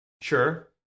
Sure